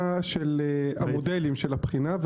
המודלים של הבחינה.